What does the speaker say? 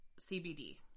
CBD